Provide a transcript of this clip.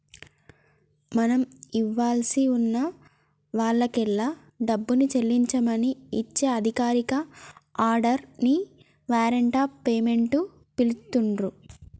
మనం ఇవ్వాల్సి ఉన్న వాల్లకెల్లి డబ్బుని చెల్లించమని ఇచ్చే అధికారిక ఆర్డర్ ని వారెంట్ ఆఫ్ పేమెంట్ పిలుత్తున్రు